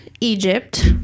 Egypt